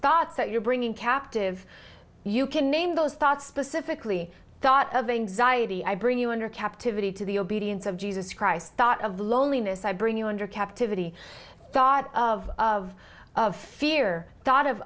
thoughts that you're bringing captive you can name those thoughts specifically thought of anxiety i bring you under captivity to the obedience of jesus christ thought of the loneliness i bring you under captivity thought of of fear